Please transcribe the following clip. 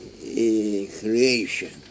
creation